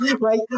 right